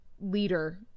leader